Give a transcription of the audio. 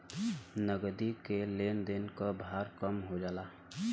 नगदी के लेन देन क भार कम हो जाला